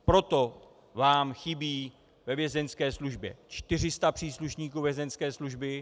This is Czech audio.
Proto vám chybí ve Vězeňské službě 400 příslušníků Vězeňské služby.